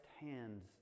hands